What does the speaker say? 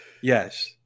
Yes